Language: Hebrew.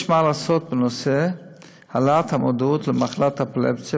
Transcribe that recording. יש מה לעשות בנושא העלאת המודעות למחלת האפילפסיה,